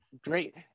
Great